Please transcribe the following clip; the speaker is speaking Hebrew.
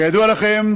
כידוע לכם,